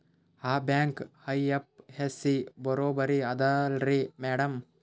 ಆ bank IFSC ಬರೊಬರಿ ಅದಲಾರಿ ಮ್ಯಾಡಂ?